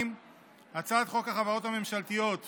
בהצעת חוק החברות הממשלתיות (תיקון,